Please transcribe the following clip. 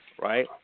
right